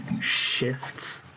shifts